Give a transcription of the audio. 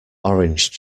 orange